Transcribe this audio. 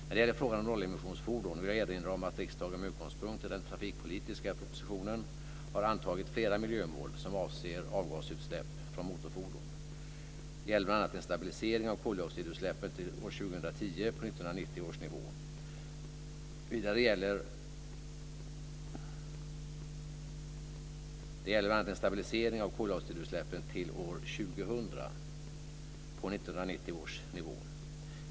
När det gäller frågan om nollemissionsfordon vill jag erinra om att riksdagen med utgångspunkt i den trafikpolitiska propositionen har antagit flera miljömål som avser avgasutsläpp från motorfordon. Det gäller bl.a. en stabilisering av koldioxidutsläppen till år 2000 på 1990 års nivå.